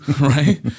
right